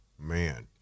man